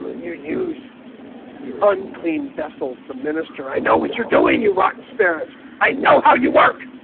you use unclean vessels to minister i know what you're doing you rock spirits i know how you work